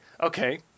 Okay